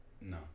No